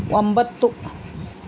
ಒಂಬತ್ತು